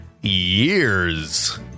years